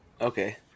Okay